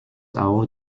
auch